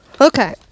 Okay